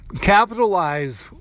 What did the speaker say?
capitalize